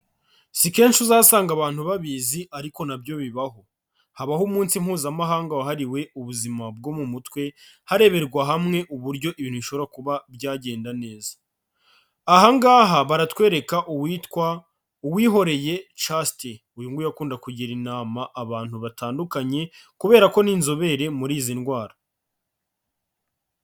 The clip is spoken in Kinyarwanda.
Si kenshi uzasanga abantu babizi ariko na byo bibaho, habaho umunsi Mpuzamahanga wahariwe ubuzima bwo mu mutwe hareberwa hamwe uburyo ibintu bishobora kuba byagenda neza, aha ngaha baratwereka uwitwa Uwihoreye Chaste, uyu nguyu akunda kugira inama abantu batandukanye kubera ko ni inzobere muri izi ndwara.